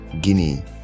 guinea